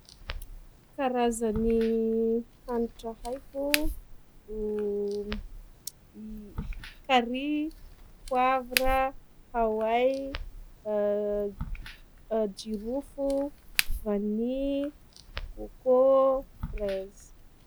Karazany hanitra haiko: i carrie, poivre, hawai, jirofo, vanille, coco, fraise.